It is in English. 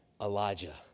Elijah